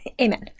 Amen